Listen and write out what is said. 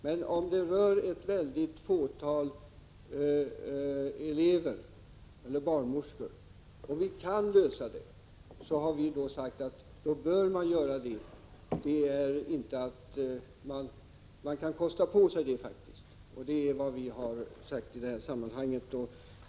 Men om det rör sig om ett fåtal barnmorskor och vi kan lösa problemen bör detta kunna gå. Det kan man kosta på sig. Det är vad vi har sagt i detta sammanhang.